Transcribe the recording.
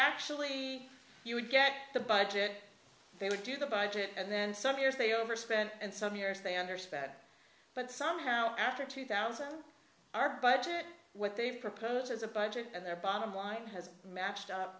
actually you would get the budget they would do the budget and then some years they overspent and some years they understand but somehow after two thousand our budget what they propose as a budget and their bottom line has matched